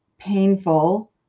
painful